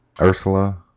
ursula